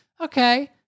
Okay